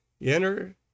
enter